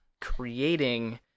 creating